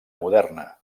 moderna